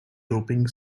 doping